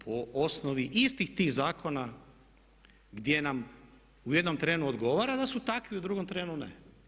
Po osnovi istih tih zakona gdje nam u jednom trenu odgovara da su takvi, u drugom trenu ne.